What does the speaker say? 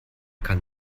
kann